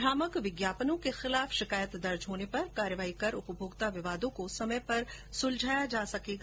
भ्रामक विज्ञापनों के खिलाफ शिकायत दर्ज होने पर कार्यवाही कर उपभोक्ता विवादों को समय पर सुलझाया जायेगा